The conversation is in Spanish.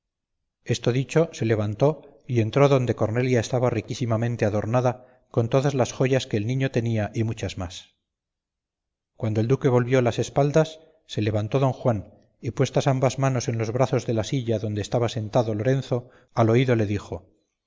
esto dicho se levantó y entró donde cornelia estaba riquísimamente adornada con todas la joyas que el niño tenía y muchas más cuando el duque volvió las espaldas se levantó don juan y puestas ambas manos en los dos brazos de la silla donde estaba sentado lorenzo al oído le dijo